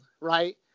right